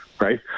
right